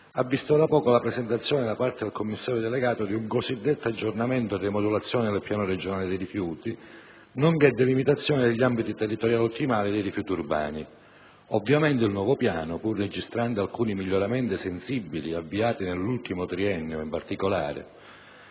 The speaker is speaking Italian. visto la presentazione da parte del commissario delegato di un cosiddetto piano di aggiornamento e rimodulazione del piano regionale dei rifiuti, nonché delimitazione degli ambiti territoriali ottimali dei rifiuti urbani. Ovviamente il nuovo piano, pur registrando alcuni miglioramenti sensibili avviati nell'ultimo triennio, in particolare